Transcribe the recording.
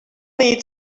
need